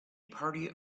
party